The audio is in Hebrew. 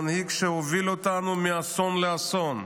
מנהיג שהוביל אותנו מאסון לאסון,